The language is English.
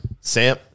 Sam